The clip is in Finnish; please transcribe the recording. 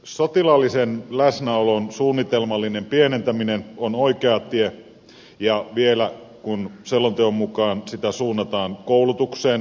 sotilaallisen läsnäolon suunnitelmallinen pienentäminen on oikea tie ja vielä kun selonteon mukaan sitä suunnataan paikallisten koulutukseen